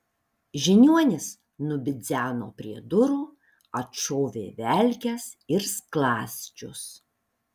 žiniuonis nubidzeno prie durų atšovė velkes ir skląsčius